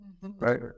Right